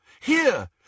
here